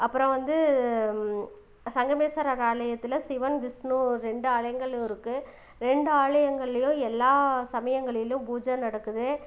அப்புறம் வந்து சங்கமேஸ்வரர் ஆலயத்தில் சிவன் விஷ்ணு ரெண்டு ஆலயங்களும் இருக்கு ரெண்டு ஆலயங்கள்லையும் எல்லா சமயங்களிலும் பூஜை நடக்குது